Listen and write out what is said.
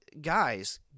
guys